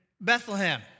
Bethlehem